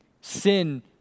Sin